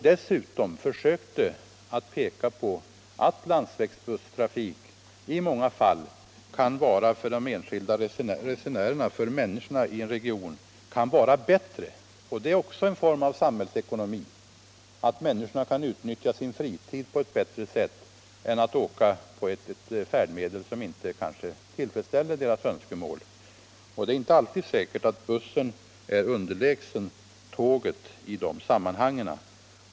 Dessutom försökte jag visa på att landsvägsbusstrafik för de enskilda människorna i en region i många fall kan vara bättre. Det är också en form av samhällsekonomi, att se till att människorna kan utnyttja sin fritid på ett bättre sätt än till att åka med ett färdmedel som kanske inte tillfredsställer deras önskemål. Det är inte säkert att bussen alltid är underlägsen tåget i de sammanhangen.